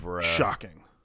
shocking